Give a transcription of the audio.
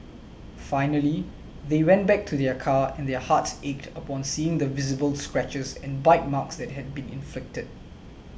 finally they went back to their car and their hearts ached upon seeing the visible scratches and bite marks that had been inflicted